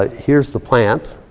ah here's the plant.